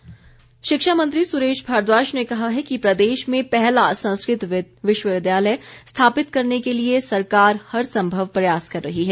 भारद्वाज शिक्षा मंत्री सुरेश भारद्वाज ने कहा है कि प्रदेश में पहला संस्कृत विश्वविद्यालय स्थापित करने के लिए सरकार हर संभव प्रयास कर रही है